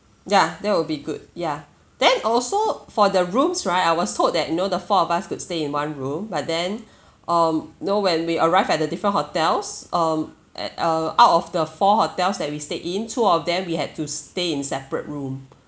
ya that will be good ya then also for the rooms right I was told that you know the four of us could stay in one room but then um you know when we arrived at the different hotels um at uh out of the four hotels that we stayed in two of them we had to stay in separate room